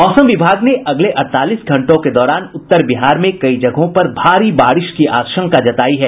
मौसम विभाग ने अगले अड़तालीस घंटों के दौरान उत्तर बिहार में कई जगहों पर भारी बारिश की आशंका जतायी है